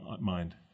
mind